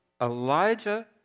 Elijah